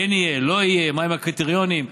כן יהיה, לא יהיה, מהם הקריטריונים.